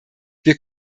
wir